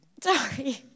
Sorry